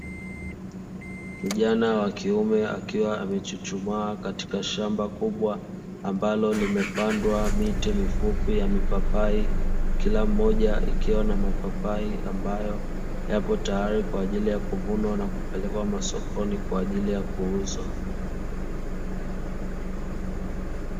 Kijana wa kiume, akiwa amechuchumaa katika shamba kubwa ambalo limepandwa miti mifupi ya mipapai, kila mmoja ukiwa na mapapai, ambayo yapo tayari kwa ajili ya kuvunwa na kupelekwa masokoni kwa ajili ya kuuzwa.